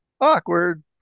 awkward